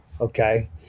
okay